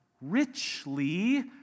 richly